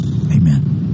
Amen